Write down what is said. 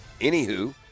Anywho